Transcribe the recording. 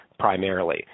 primarily